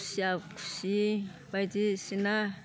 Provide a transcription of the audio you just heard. खुसिया खुसि बायदिसिना